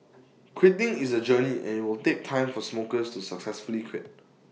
quitting is A journey and IT will take time for smokers to successfully quit